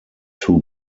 two